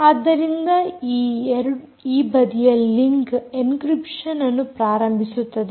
ಆದ್ದರಿಂದ ಈ ಬದಿಯ ಲಿಂಕ್ ಎಂಕ್ರಿಪ್ಷನ್ ಅನ್ನು ಪ್ರಾರಂಭಿಸುತ್ತದೆ